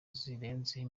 zirenzeho